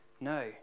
No